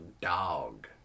dog